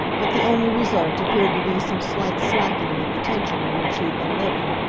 but the only result appeared to be some slight slackening of the tension in which he had been living.